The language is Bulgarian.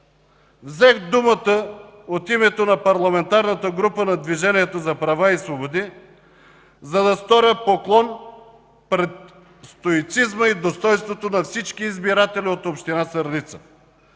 Взех думата от името на Парламентарната група на Движението за права и свободи, за да сторя поклон пред стоицизма и достойнството на всички избиратели от община Сърница,